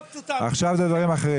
הנושאים האחרים